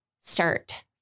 start